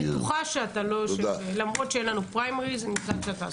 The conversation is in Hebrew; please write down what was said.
אני בטוחה שלמרות שאין לנו פריימריז אתה עסוק.